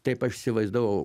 taip aš įsivaizdavau